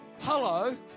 hello